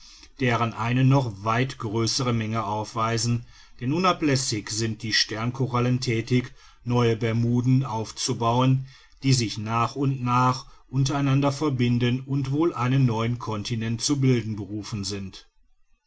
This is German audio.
deren eine noch weit größere menge aufweisen denn unablässig sind die sternkorallen thätig neue bermuden aufzubauen die sich nach und nach unter einander verbinden und wohl einen neuen kontinent zu bilden berufen sind